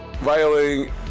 violating